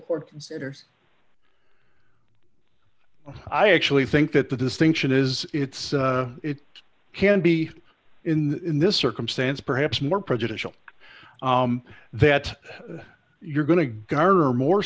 court considers i actually think that the distinction is it's it can be in this circumstance perhaps more prejudicial that you're going to garner more